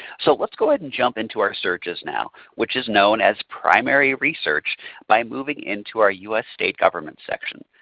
so let's go ahead and jump into our searches now which is known as primary research by moving into our us state government section.